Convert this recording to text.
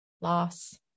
loss